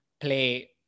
play